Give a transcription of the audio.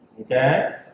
okay